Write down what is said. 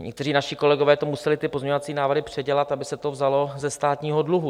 Někteří naši kolegové to museli, ty pozměňovací návrhy, předělat, aby se to vzalo ze státního dluhu.